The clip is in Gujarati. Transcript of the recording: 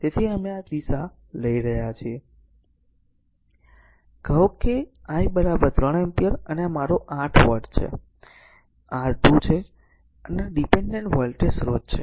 તેથી અમે આ દિશા લઈ રહ્યા છીએ કહો I 3 એમ્પીયર અને આ મારો 8 વોલ્ટ છે અને આ r 2 છે આ ડીપેનડેન્ટ વોલ્ટેજ સ્રોત છે